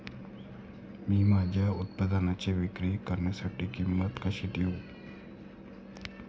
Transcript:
मी माझ्या उत्पादनाची विक्री करण्यासाठी किंमत कशी देऊ?